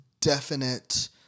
definite